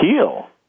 heal